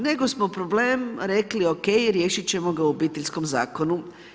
Nego smo problem rekli ok, riješit ćemo ga u Obiteljskom zakonu.